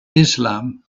islam